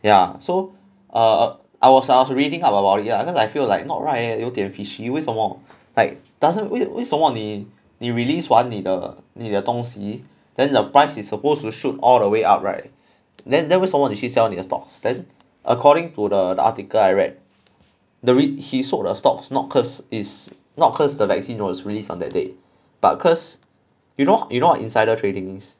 ya so err ourselves reading about about it lah cause I feel like not right eh 有点 fishy 为什么 like doesn't 为为什么你你 release 完你的你的东西 then the price is supposed to shoot all the way up right then then 为什么你去 sell 你的 stocks then according to the article I read the rich he sold the stocks not cause it's not cause the vaccine was released on that day but cause you know you know insider trading